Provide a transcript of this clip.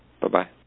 Bye-bye